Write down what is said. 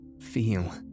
feel